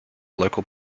local